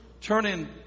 Turning